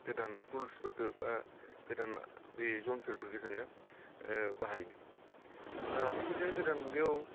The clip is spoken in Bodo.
गोदान टुल्सफोरखौ बा गोदान बे जन्थ्र'फोरखौ जोङो बाहायो थिग बिदिनो गोदान मुगायाव